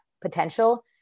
potential